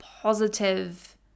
positive